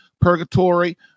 purgatory